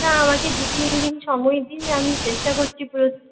না আমাকে দু তিন দিন সময় দিন আমি চেষ্টা করছি পুরো